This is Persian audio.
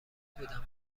بودم